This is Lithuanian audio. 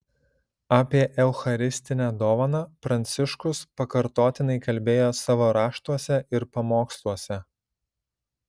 apie eucharistinę dovaną pranciškus pakartotinai kalbėjo savo raštuose ir pamoksluose